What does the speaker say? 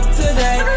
today